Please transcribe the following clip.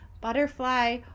butterfly